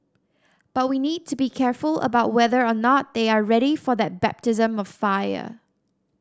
but we need to be careful about whether or not they are ready for that baptism of fire